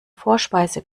vorspeise